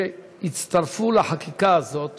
שהצטרפו לחקיקה הזאת